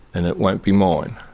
and it won't be mine.